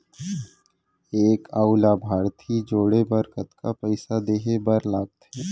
एक अऊ लाभार्थी जोड़े बर कतका पइसा देहे बर लागथे?